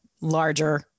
larger